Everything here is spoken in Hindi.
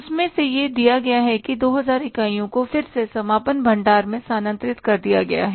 उसमें से यह दिया गया है कि 2000 इकाइयों को फिर से समापन भंडार में स्थानांतरित कर दिया गया है